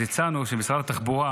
אז הצענו שמשרד התחבורה,